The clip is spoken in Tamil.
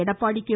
எடப்பாடி கே